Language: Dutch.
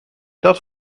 dat